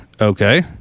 okay